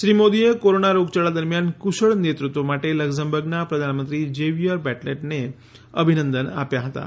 શ્રી મોદીએ કોરોના રોગયાળા દરમ્યાન કુશળ નેતૃત્વ માટે લકઝમબર્ગનાં પ્રધાનમંત્રી ઝેવિયર બેટલેને અભિનંદન આપ્યા હતાં